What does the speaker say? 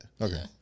Okay